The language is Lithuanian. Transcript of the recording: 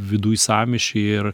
viduj sąmyšį ir